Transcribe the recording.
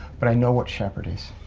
but, i know what shepherd is.